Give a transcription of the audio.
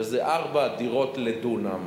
שזה ארבע דירות לדונם,